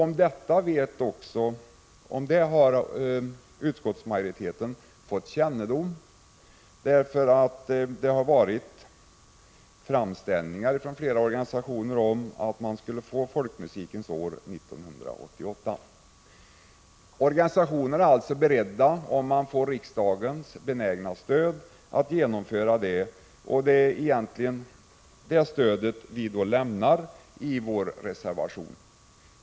Om detta har utskottsmajoriteten också fått kännedom, eftersom flera organisationer har gjort framställningar om att ett Folkmusikens år skulle få arrangeras 1988. Organisationerna är alltså beredda att göra det om de får riksdagens benägna stöd. Det är ett sådant stöd vi ställer oss bakom i vår reservation.